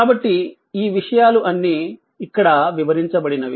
కాబట్టి ఈ విషయాలు అన్ని ఇక్కడ వివరించబడినవి